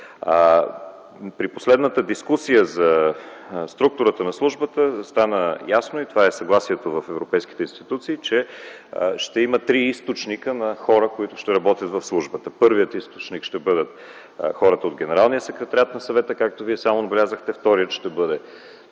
При последната дискусия за структурата на службата стана ясно и това е съгласието в европейските институции, че ще има три източника на хора, които ще работят в службата. Първият източник ще бъдат хората от Генералния секретариат на Съвета, както Вие сам отбелязахте; вторият ще бъде